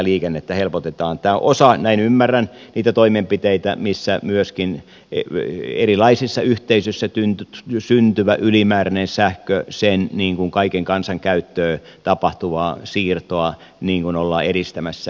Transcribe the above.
tämä on osa näin ymmärrän niitä toimenpiteitä missä myöskin erilaisissa yhteisöissä syntyvän ylimääräisen sähkön kaiken kansan käyttöön tapahtuvaa siirtoa ollaan edistämässä